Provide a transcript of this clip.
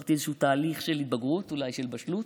עברתי איזשהו תהליך של התבגרות, אולי של בשלות,